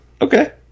okay